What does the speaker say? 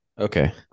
Okay